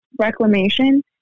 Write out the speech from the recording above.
reclamation